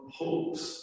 hopes